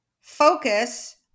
focus